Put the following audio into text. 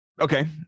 Okay